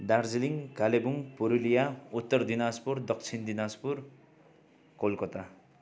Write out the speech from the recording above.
Darjeeling Kalimpong Purulia Uttar Dinajpur Dakshin Dinajpur Kolkata